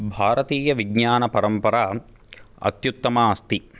भारतीयविज्ञानपरम्पराम् अत्युत्तमा अस्ति